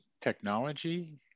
technology